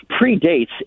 predates